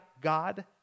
God